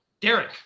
Derek